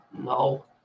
No